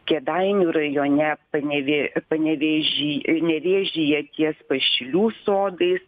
kėdainių rajone panevė panevėžy nevėžyje ties pašilių sodais